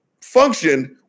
function